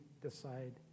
decide